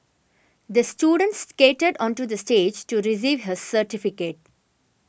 the student skated onto the stage to receive his certificate